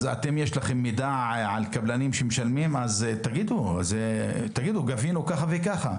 אם יש לכם מידע על קבלנים שמשלמים אז תגידו: גבינו כך וכך.